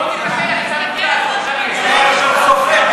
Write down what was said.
תראה את ראש הממשלה סופר אצבעות.